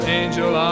angel